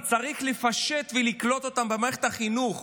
שצריך לפשט ולקלוט אותם במערכת החינוך,